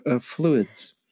fluids